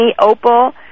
opal